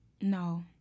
no